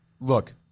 Look